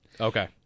Okay